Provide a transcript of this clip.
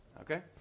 Okay